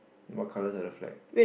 what colours are the flag